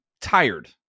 tired